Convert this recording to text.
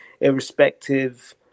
irrespective